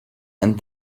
and